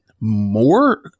more